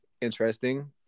interesting